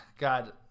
God